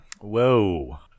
Whoa